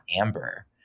Amber